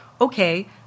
okay